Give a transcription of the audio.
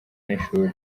n’ishuri